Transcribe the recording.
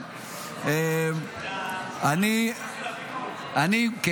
גם אני אחבר לך את זה.